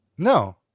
No